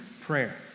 prayer